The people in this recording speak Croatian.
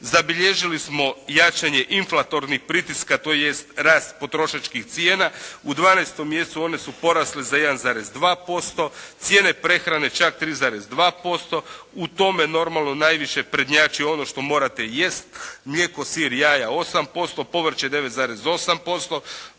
zabilježili smo jačanje inflatornih pritiska tj. rast potrošačkih cijena. U dvanaestom mjesecu one su porasle za 1,2%, cijene prehrane čak 3,2%. U tome normalno najviše prednjači ono što morate jesti mlijeko, sir i jaja 8%, povrće 9,8%,